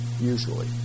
usually